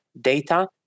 data